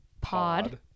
pod